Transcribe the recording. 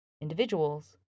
individuals